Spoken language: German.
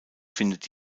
findet